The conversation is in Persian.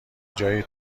جای